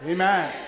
Amen